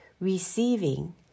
receiving